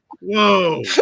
Whoa